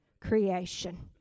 creation